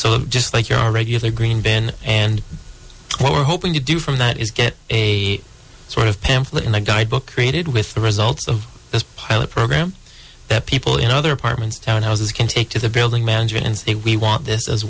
so just like your regular green bin and what we're hoping to do from that is get a sort of pamphlet in the guidebook created with the results of this pilot program that people in other apartments townhouses can take to the building manager and say we want this as